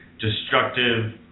destructive